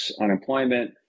unemployment